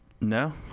No